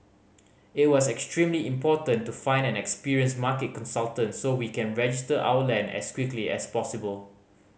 it was extremely important to find an experienced market consultant so we can register our land as quickly as possible